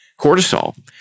cortisol